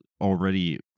already